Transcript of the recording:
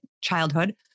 childhood